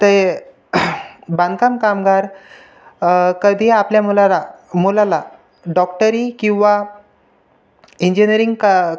ते बांधकाम कामगार कधी आपल्या मुलाला मुलाला डॉक्टरी किंवा इंजिनिअरिंग का